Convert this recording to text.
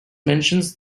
mentions